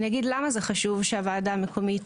אני אגיד למה זה חשוב שהוועדה המקומית